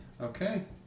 Okay